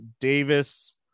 Davis